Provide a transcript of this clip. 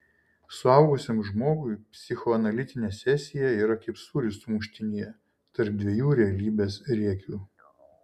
suaugusiam žmogui psichoanalitinė sesija yra kaip sūris sumuštinyje tarp dviejų realybės riekių